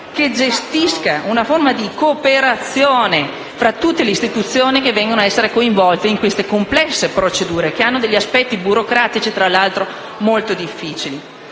che gestisca una forma di cooperazione tra tutte le istituzioni che vengono coinvolte in queste complesse procedure, con aspetti burocratici, tra l'altro, molto difficili.